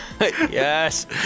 Yes